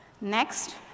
Next